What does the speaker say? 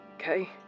okay